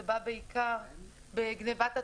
וזה בא בעיקר בגניבת התוצרת.